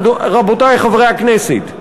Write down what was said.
רבותי חברי הכנסת,